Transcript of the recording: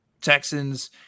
Texans